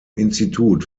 institut